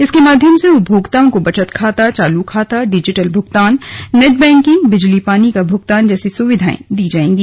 इसके माध्यम से उपभोक्ताओं को बचत खाता चालू खाता डिजिटल भुगतान नेट बैंकिंग बिजली पानी का भुगतान जैसी सुविधाएं दी जाएंगी